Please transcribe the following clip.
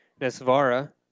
Nesvara